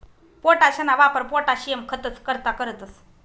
पोटाशना वापर पोटाशियम खतंस करता करतंस